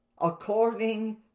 according